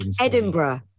Edinburgh